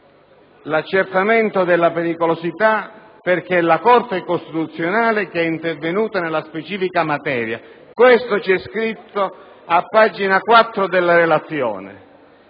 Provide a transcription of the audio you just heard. l'accertamento della pericolosità, perché è la Corte costituzionale che è intervenuta nella specifica materia. Questo è scritto a pagina 4 dalla relazione: